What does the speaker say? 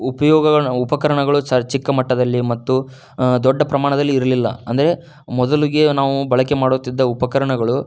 ಉಪಯೋಗಗಳು ಉಪಕರಣಗಳು ಸಹ ಚಿಕ್ಕ ಮಟ್ಟದಲ್ಲಿ ಮತ್ತು ದೊಡ್ಡ ಪ್ರಮಾಣದಲ್ಲಿ ಇರಲಿಲ್ಲ ಅಂದರೆ ಮೊದಲಿಗೆ ನಾವು ಬಳಕೆ ಮಾಡುತ್ತಿದ್ದ ಉಪಕರಣಗಳು